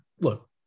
look